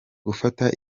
gufata